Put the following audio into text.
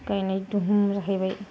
गायनाय धुम जाहैबाय